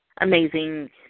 amazing